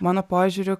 mano požiūriu